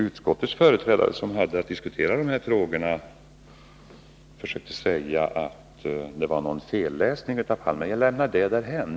Utskottets företrädare, som hade att diskutera de här frågorna, försökte säga att det var fråga om en felläsning av herr Palme. Jag lämnar den saken därhän.